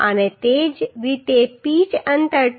અને તે જ રીતે પિચ અંતર 2